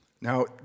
Now